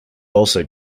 also